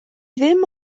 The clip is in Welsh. ddim